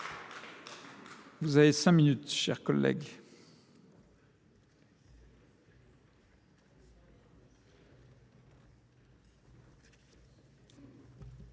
Vous avez cinq minutes, cher collègue.